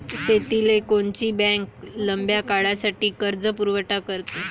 शेतीले कोनची बँक लंब्या काळासाठी कर्जपुरवठा करते?